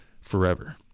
forever